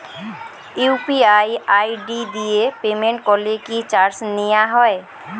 UPI ID দিয়ে payment করলে কি চার্জ নেয়া হয়?